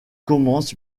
commence